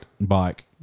Bike